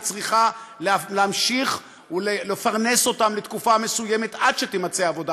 היא צריכה להמשיך ולפרנס אותם תקופה מסוימת עד שתימצא עבודה.